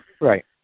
Right